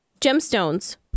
gemstones